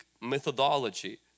methodology